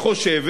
חושבת,